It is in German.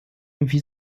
wie